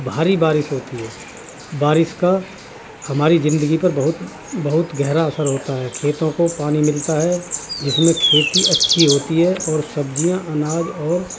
بھاری بارش ہوتی ہے بارش کا ہماری زندگی پر بہت بہت گہرا اثر ہوتا ہے کھیتوں کو پانی ملتا ہے جس میں کھیتی اچھی ہوتی ہے اور سبزیاں اناج اور